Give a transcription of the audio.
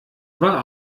war